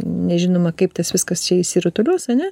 nežinoma kaip tas viskas čia išsirutulios ane